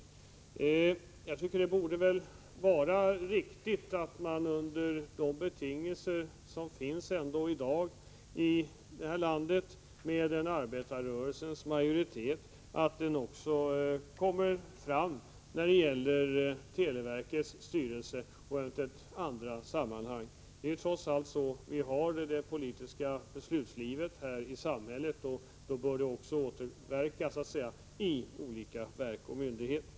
Det borde väl vara riktigt att de betingelser som vi i dag har i det här landet, med arbetarrörelsen i majoritet, också är gällande i fråga om televerkets styrelse och eventuellt i andra sammanhang. Det är trots allt så de politiska besluten fattas i samhället. Då borde det också få återverka i olika verk och myndigheter.